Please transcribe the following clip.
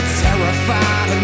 terrified